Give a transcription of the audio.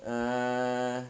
uh